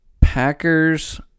Packers